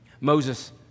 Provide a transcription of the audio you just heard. Moses